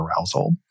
arousal